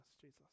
Jesus